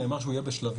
נאמר שהוא יהיה בשלבים.